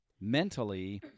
mentally